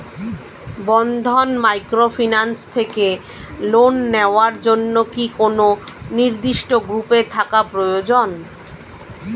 বন্ধন microfinance থেকে loan নেওয়ার জন্য কি কোন নির্দিষ্ট গ্রুপে থাকা প্রয়োজন?